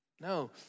No